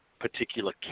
particular